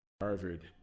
Harvard